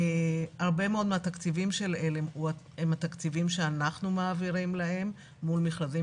הרבה מאוד מהתקציבים של עלם הם התקציבים שאנחנו מעבירים להם מול מכרזים